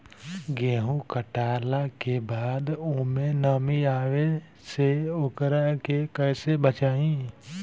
गेंहू कटला के बाद ओमे नमी आवे से ओकरा के कैसे बचाई?